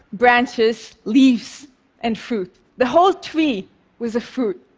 branches, leaves and fruit. the whole tree was a fruit.